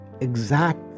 exact